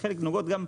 וחלק נוגעות גם,